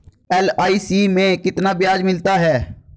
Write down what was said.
LIC में कितना ब्याज मिलता है?